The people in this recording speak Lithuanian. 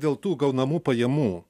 dėl tų gaunamų pajamų